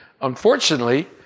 unfortunately